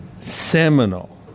seminal